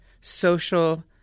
social